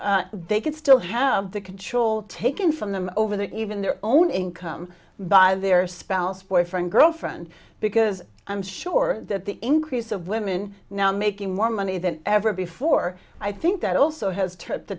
they can still have the control taken from them over there even their own income by their spouse boyfriend girlfriend because i'm sure that the increase of women now making more money than ever before i think that also has t